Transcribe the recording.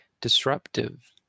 disruptive